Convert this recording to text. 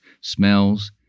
smells